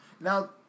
Now